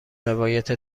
روایت